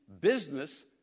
business